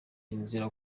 inzira